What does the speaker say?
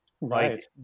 Right